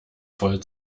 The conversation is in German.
voll